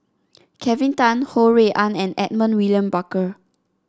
Kelvin Tan Ho Rui An and Edmund William Barker